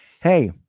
hey